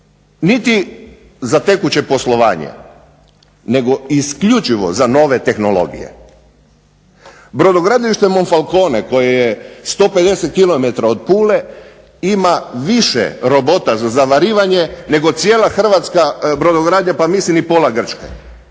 niti za tekuće poslovanje nego isključivo za nove tehnologije. Brodogradilište Monfalcone koje je 150 km od Pule ima više robota za zavarivanje nego cijela hrvatska brodogradnja, pa mislim i pola Grčke,